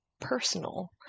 personal